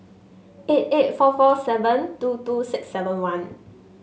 eight eight four four seven two two six seven one